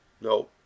No